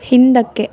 ಹಿಂದಕ್ಕೆ